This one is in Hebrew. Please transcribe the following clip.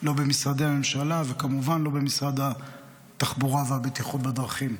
לא במשרדי הממשלה וכמובן לא במשרד התחבורה והבטיחות בדרכים.